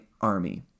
army